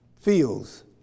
feels